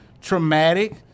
traumatic